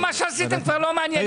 מה שעשיתם כבר לא מעניין.